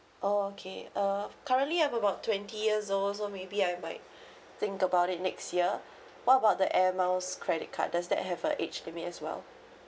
oh okay uh currently I'm about twenty years old so maybe I might think about it next year what about the air miles credit card does that have a age limit as well